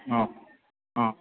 औ औ